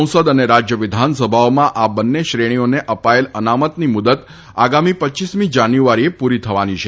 સંસદ અને રાજયવિધાનસભાઓમાં આ બંને શ્રેણીઓને અપાયેલ અનામતની મુદત આગામી રપમી જાન્યુઆરીએ પુરી થવાની છે